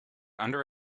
under